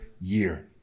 year